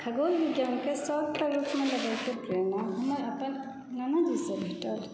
खगोल विज्ञानकए शौकके रूपमे लेबयके प्रेरणा हमरा अपन नानाजीसए भेटल